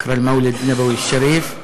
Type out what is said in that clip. (אומר דברים בשפה הערבית)